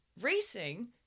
racing